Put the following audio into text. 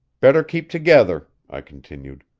better keep together, i continued.